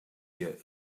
year